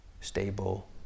stable